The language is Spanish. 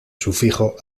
sufijo